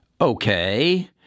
Okay